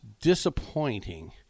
disappointing